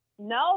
No